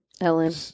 Ellen